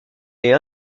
est